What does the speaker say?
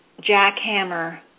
jackhammer